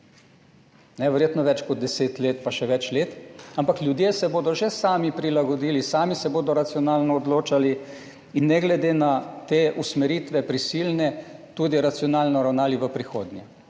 Verjetno več kot 10 let, pa še več let. Ampak ljudje se bodo že sami prilagodili, sami se bodo racionalno odločali in ne glede na te prisilne usmeritve tudi racionalno ravnali v prihodnje.